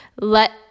let